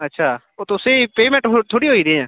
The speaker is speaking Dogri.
अच्छा ओह् तुसें ई पेऽमैंट थोह्ड़ी थोह्ड़ी होई दी अजें